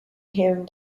him